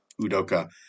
Udoka